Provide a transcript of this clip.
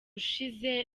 ushize